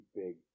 big